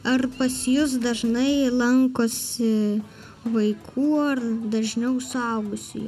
ar pas jus dažnai lankosi vaikų ar dažniau suaugusiųjų